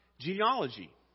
genealogy